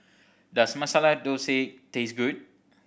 does Masala Dosa taste good